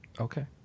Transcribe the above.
Okay